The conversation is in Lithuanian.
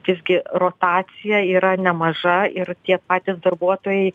visgi rotacija yra nemaža ir tie patys darbuotojai